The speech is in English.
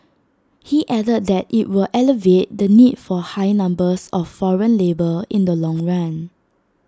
he added that IT will alleviate the need for high numbers of foreign labour in the long run